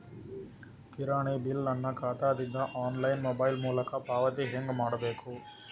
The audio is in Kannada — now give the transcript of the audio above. ಕಿರಾಣಿ ಬಿಲ್ ನನ್ನ ಖಾತಾ ದಿಂದ ಆನ್ಲೈನ್ ಮೊಬೈಲ್ ಮೊಲಕ ಪಾವತಿ ಹೆಂಗ್ ಮಾಡಬೇಕು?